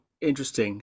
interesting